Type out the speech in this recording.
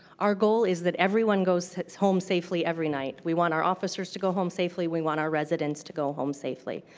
our goal is that everyone goes home safely every night. we want our officers to go home safely. we want our residents to go home safely.